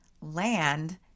land